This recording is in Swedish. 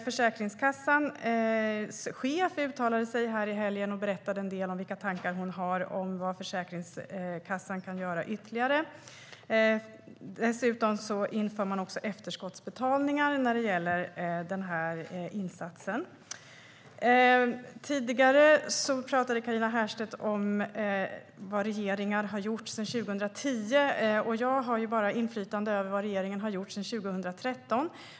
Försäkringskassans chef uttalade sig i helgen och berättade en del om vilka tankar hon har om vad Försäkringskassan kan göra ytterligare. Dessutom inför man efterskottsbetalningar när det gäller den här insatsen. Tidigare talade Carina Herrstedt om vad regeringar har gjort sedan 2010. Jag har bara inflytande över vad regeringen har gjort sedan 2013.